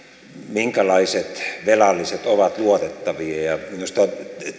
minkälaiset velalliset ovat luotettavia ja minusta